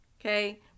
Okay